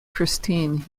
christine